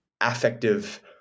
affective